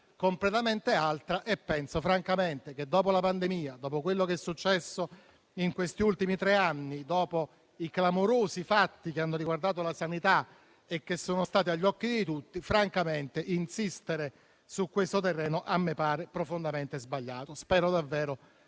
completamente diversa e penso francamente che, dopo la pandemia e dopo quello che è successo in questi ultimi tre anni, nonché dopo i clamorosi fatti che hanno riguardato la sanità e che sono stati sotto gli occhi di tutti, insistere su questo terreno a me pare profondamente sbagliato. Spero davvero